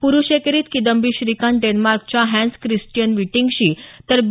पुरुष एकेरीत किदंबी श्रीकांत डेन्मार्कच्या हॅन्स क्रिस्टियन विटिंगसशी तर बी